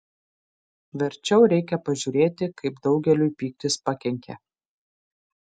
verčiau reikia pažiūrėti kaip daugeliui pyktis pakenkė